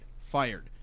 fired